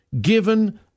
given